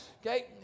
Okay